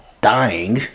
dying